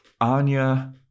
anya